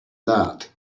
that